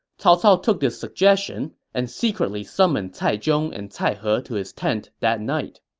cao cao took this suggestion and secretly summoned cai zhong and cai he to his tent that night